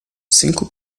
cinco